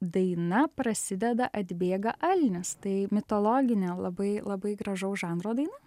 daina prasideda atbėga elnias tai mitologinė labai labai gražaus žanro daina